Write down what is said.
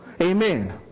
Amen